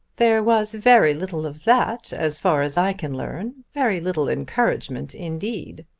there was very little of that, as far as i can learn very little encouragement indeed!